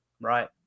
Right